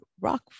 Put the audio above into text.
rock